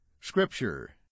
Scripture